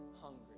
hungry